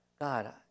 God